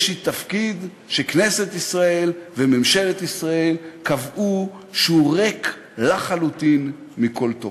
יש לי תפקיד שכנסת ישראל וממשלת ישראל קבעו שהוא ריק לחלוטין מכל תוכן.